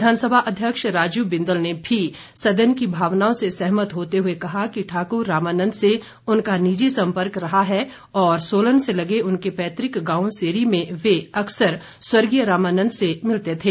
विधानसभा अध्यक्ष राजीव बिंदल ने भी सदन की भावनाओं से सहमत होते हुए कहा कि ठाकुर रामानंद से उनका निजी सम्पर्क रहा है और सोलन से लगे उनके पैतृक गांव सेरी में वे अकसर स्वर्गीय रामानंद से मिलते थे